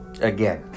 again